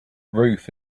ruth